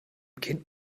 kind